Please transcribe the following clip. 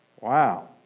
Wow